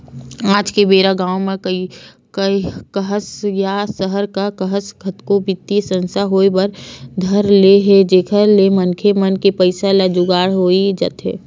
आज के बेरा गाँव म काहस या सहर म काहस कतको बित्तीय संस्था होय बर धर ले हे जेखर ले मनखे मन के पइसा के जुगाड़ होई जाथे